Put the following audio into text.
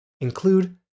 Include